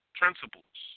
principles